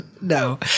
No